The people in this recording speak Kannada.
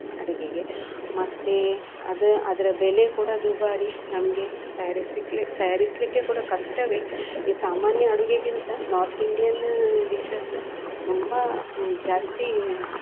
ಅಡುಗೆಗೆ ಮತ್ತೆ ಅದು ಅದರ ಬೆಲೆ ಕೂಡ ದುಬಾರಿ ನಮಗೆ ತಯಾರಿಸ್ಲಿಕ್ಕೆ ತಯಾರಿಸಲಿಕ್ಕೆ ಕೂಡ ಕಷ್ಟವೇ ಈ ಸಾಮಾನ್ಯ ಅಡುಗೆಗಿಂತ ನಾರ್ತ್ ಇಂಡಿಯನ್ ಡಿಶಸ್ ತುಂಬ ಜಾಸ್ತಿ